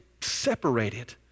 separated